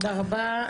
תודה רבה.